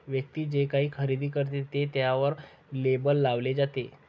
व्यक्ती जे काही खरेदी करते ते त्यावर लेबल लावले जाते